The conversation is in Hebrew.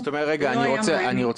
ולא היה מענה.